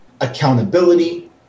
accountability